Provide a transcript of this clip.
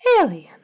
alien